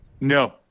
No